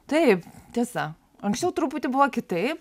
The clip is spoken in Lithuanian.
taip tiesa anksčiau truputį buvo kitaip